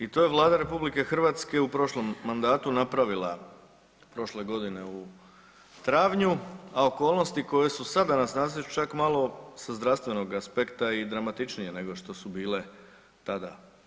I to je Vlada RH u prošlom mandatu napravila prošle godine u travnju, a okolnosti koje su sada na snazi su čak malo sa zdravstvenog aspekta i dramatičnije nego što su bile tada.